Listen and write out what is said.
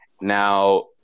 Now